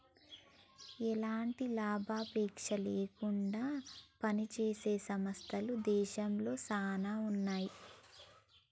ఎలాంటి లాభాపేక్ష లేకుండా పనిజేసే సంస్థలు దేశంలో చానా ఉన్నాయి